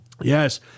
Yes